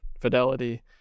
fidelity